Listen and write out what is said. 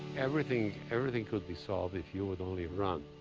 everything, everything could be solved if you would only run,